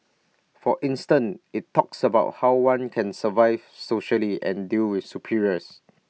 for instance IT talks about how one can survive socially and deal with superiors